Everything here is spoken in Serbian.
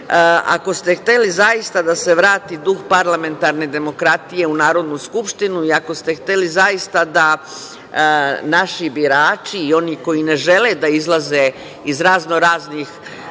ako ste hteli zaista da se vrati duh parlamentarne demokratije u Narodnu skupštinu i ako ste hteli zaista da naši birači i oni koji ne žele da izlaze iz razno raznih